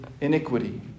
iniquity